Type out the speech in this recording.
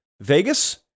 Vegas